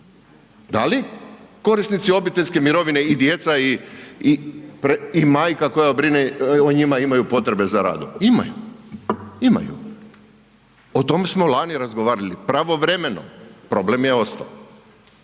Da li korisnici obiteljskih mirovina i djeca i majka koja brine o njima imaju potrebe za radom? Imaju, imaju. O tome smo lani razgovarali, pravovremeno, problem je ostao.